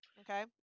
okay